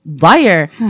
Liar